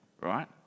Right